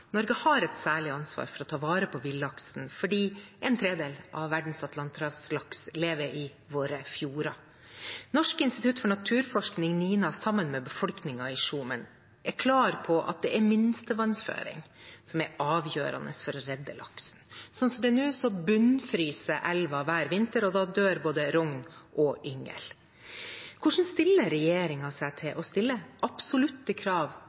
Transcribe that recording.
et særlig ansvar for å ta vare på villaksen fordi en tredel av verdens atlanterhavslaks lever i våre fjorder. Norsk institutt for naturforskning, NINA, er sammen med befolkningen i Skjomen klar på at det er minstevannføring som er avgjørende for å redde laksen. Sånn det er nå, bunnfryser elva hver vinter, og da dør både rogn og yngel. Hvordan stiller regjeringen seg til å stille absolutte krav